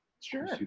Sure